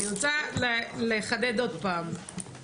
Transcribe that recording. אני רוצה לחדד עוד פעם.